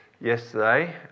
yesterday